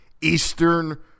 Eastern